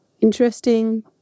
interesting